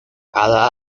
hada